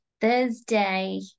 thursday